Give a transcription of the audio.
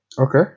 okay